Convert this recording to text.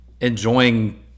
enjoying